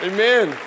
Amen